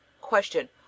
Question